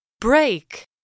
Break